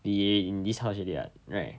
we in this house already right